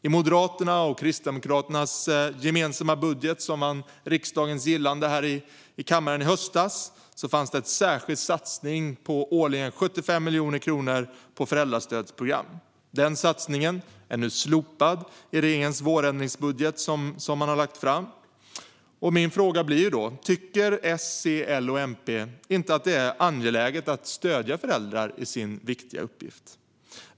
I Moderaternas och Kristdemokraternas gemensamma budget, som vann riksdagens gillande här i kammaren i höstas, fanns en särskild satsning om 75 miljoner kronor årligen på föräldrastödsprogram. Denna satsning är nu slopad i den vårändringsbudget som regeringen har lagt fram. Min fråga blir då: Tycker inte S, C, L och MP att det är angeläget att stödja föräldrar i deras viktiga uppgift?